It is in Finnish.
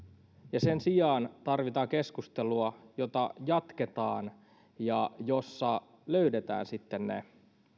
ja sen sijaan tarvitaan keskustelua jota jatketaan ja jossa löydetään sitten ne